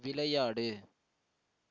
விளையாடு